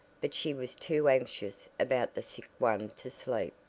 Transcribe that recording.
but she was too anxious about the sick one to sleep.